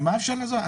מה אפשר לעשות?